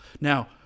Now